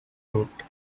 root